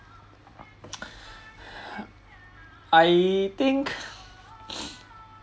I think